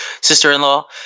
sister-in-law